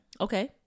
Okay